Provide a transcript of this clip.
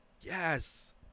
Yes